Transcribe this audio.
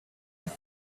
with